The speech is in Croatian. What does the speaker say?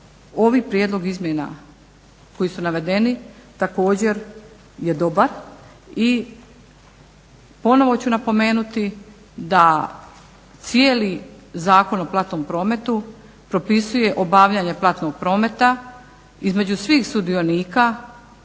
ovaj prijedlog izmjena koji su navedeni također je dobar i ponovo ću napomenuti da cijeli Zakon o platnom prometu propisuje obavljanje platnog prometa između svih sudionika